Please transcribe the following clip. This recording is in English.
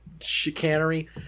chicanery